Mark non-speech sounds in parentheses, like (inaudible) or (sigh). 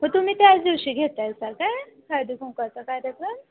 हो तुम्ही त्यादिवशी घेतायसा काय (unintelligible)